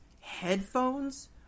headphones